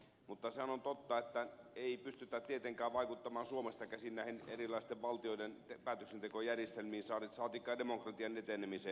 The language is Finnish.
mutta sehän on totta että ei pystytä tietenkään vaikuttamaan suomesta käsin erilaisten valtioiden päätöksentekojärjestelmiin saatikka demokratian etenemiseen